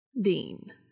Dean